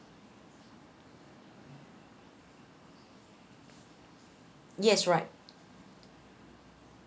yes right